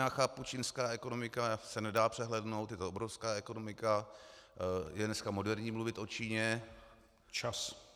Já chápu, čínská ekonomika se nedá přehlédnout, je to obrovská ekonomika, je dneska moderní mluvit o Číně.